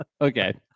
Okay